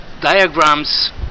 diagrams